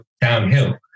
downhill